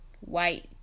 white